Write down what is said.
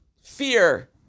Fear